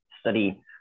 study